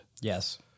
Yes